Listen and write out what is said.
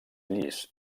llis